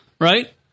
right